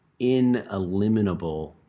ineliminable